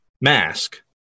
mask